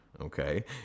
Okay